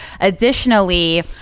Additionally